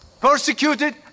persecuted